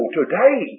today